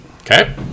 Okay